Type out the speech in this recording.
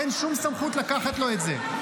אין שום סמכות לקחת לו את זה.